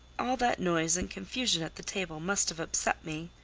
all that noise and confusion at the table must have upset me,